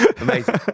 Amazing